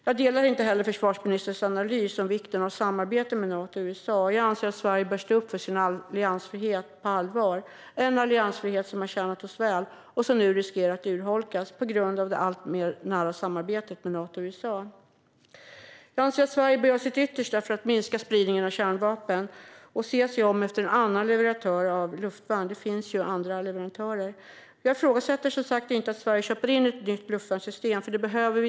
Jag delar inte försvarsministerns analys om vikten av samarbete med Nato och USA. Jag anser att Sverige bör stå upp för sin alliansfrihet på allvar. Det är en alliansfrihet som har tjänat oss väl och som nu riskerar att urholkas på grund av det alltmer nära samarbetet med Nato och USA. Jag anser att Sverige bör göra sitt yttersta för att minska spridningen av kärnvapen och se sig om efter en annan leverantör av luftvärn. Det finns ju andra. Jag ifrågasätter som sagt inte att Sverige köper in ett nytt luftvärnssystem, för det behövs.